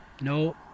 No